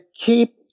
keep